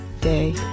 day